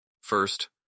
First